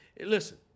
Listen